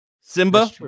Simba